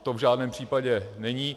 To v žádném případě není.